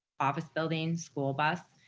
office buildings, school bus,